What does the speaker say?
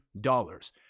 dollars